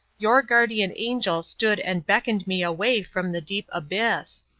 your guardian angel stood and beckoned me away from the deep abyss.